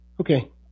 Okay